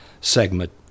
Segment